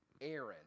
Aaron